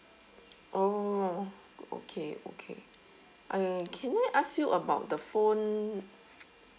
oh okay okay uh can I ask you about the phone